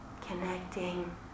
Connecting